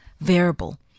variable